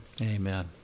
Amen